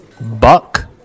Buck